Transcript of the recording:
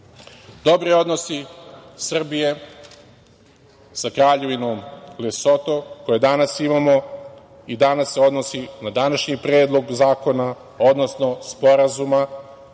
odnosi Srbije sa Kraljevinom Lesoto koje danas imamo i danas se odnosni na današnji Predlog zakona, odnosno Sporazuma